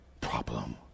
problem